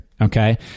Okay